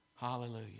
Hallelujah